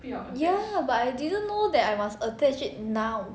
ya but I didn't know that I must attach it now